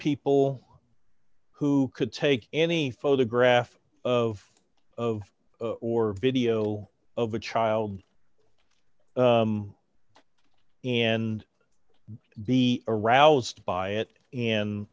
people who could take any photograph of of or video of a child and be aroused by it and